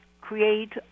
create